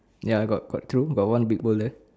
ya I got got two got one big boulder